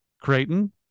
Creighton